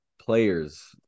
players